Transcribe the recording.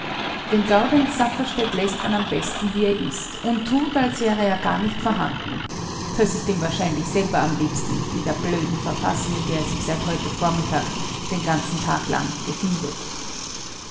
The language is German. den gaudenz safferstätt läßt man am besten wie er ist und tut als wäre er gar nicht vorhanden das ist ihm wahrscheinlich selber am liebsten in der blöden verfassung in der er sich seit heute vormittag den ganzen tag lang befindet